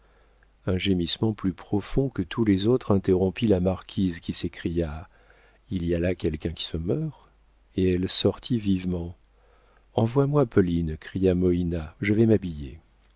un gémissement plus profond que tous les autres interrompit la marquise qui s'écria il y a là quelqu'un qui se meurt et elle sortit vivement envoie-moi pauline cria moïna je vais m'habiller